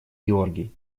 георгий